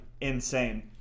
insane